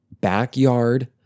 backyard